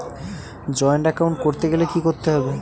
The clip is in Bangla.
জয়েন্ট এ্যাকাউন্ট করতে গেলে কি করতে হবে?